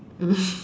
mm